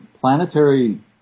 planetary